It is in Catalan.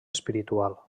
espiritual